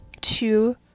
two